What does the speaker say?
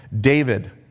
David